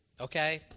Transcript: okay